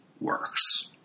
works